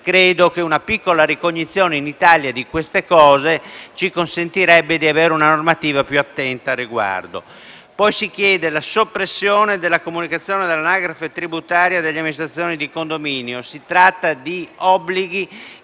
quindi, che una piccola ricognizione di questi elementi, in Italia, ci consentirebbe di avere una normativa più attenta al riguardo. Poi si chiede la soppressione della comunicazione dell'anagrafe tributaria delle amministrazioni di condominio. Si tratta di obblighi